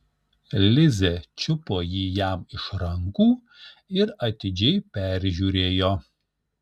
lizė čiupo jį jam iš rankų ir atidžiai peržiūrėjo